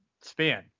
span